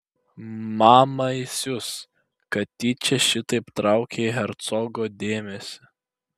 mama įsius kad tyčia šitaip traukei hercogo dėmesį